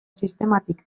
sistematik